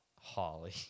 Holly